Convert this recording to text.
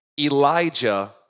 Elijah